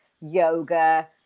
yoga